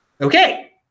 Okay